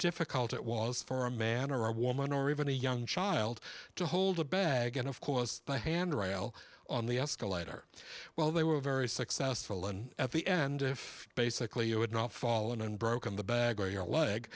difficult it was for a man or a woman or even a young child to hold a bag and of course the handrail on the escalator well they were very successful and at the end basically you would not fall in and broken the bag or your leg